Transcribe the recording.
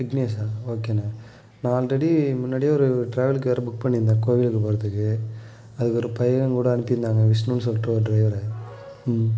விக்னேஷா ஓகேண்ண நான் ஆல்ரெடி முன்னாடியே ஒரு டிராவல் கார் புக் பண்ணியிருந்தேன் கோவிலுக்கு போகிறதுக்கு அதுக்கு ஒரு பையன் கூட அனுப்பியிருந்தாங்க விஷ்ணுன்னு சொல்லிட்டு ஒரு டிரைவரை ம்